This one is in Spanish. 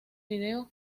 fideos